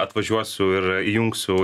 atvažiuosiu ir įjungsiu